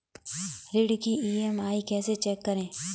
ऋण की ई.एम.आई कैसे चेक करें?